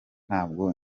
ntabwo